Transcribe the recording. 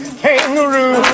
kangaroo